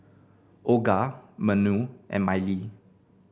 Olga Manuel and Mylie